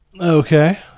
Okay